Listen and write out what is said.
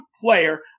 player